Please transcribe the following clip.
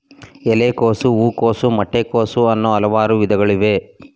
ಎಲೆಕೋಸು, ಹೂಕೋಸು, ಮೊಟ್ಟೆ ಕೋಸು, ಅನ್ನೂ ಹಲವಾರು ವಿಧಗಳಿವೆ